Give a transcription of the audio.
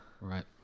Right